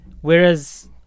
Whereas